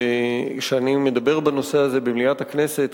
כשאני מדבר בנושא הזה במליאת הכנסת,